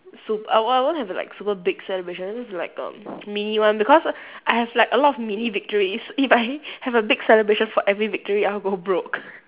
sup~ I won't I won't have like super big celebration it just be like a mini one because I have like a lot of many mini victories if I have a big celebration for every victory I'll go broke